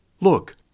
Look